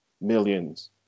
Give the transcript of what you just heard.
millions